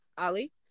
Ali